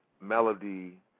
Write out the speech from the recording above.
melody